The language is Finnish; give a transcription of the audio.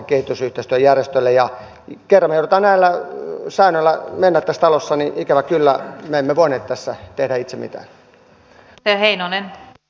kerran me joudumme näillä säännöillä menemään tässä talossa niin ikävä kyllä me emme voineet tässä tehdä itse mitään